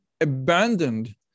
abandoned